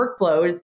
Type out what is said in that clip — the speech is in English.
workflows